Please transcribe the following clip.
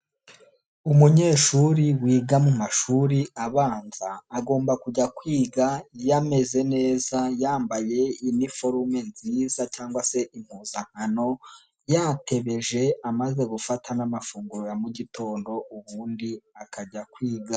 Umunyeshuri wiga mu mashuri abanza agomba kujya kwiga yameze neza, yambaye iniforume nziza cyangwa se impuzankano, yatebeje amaze gufata n'amafunguro ya mu gitondo ubundi akajya kwiga.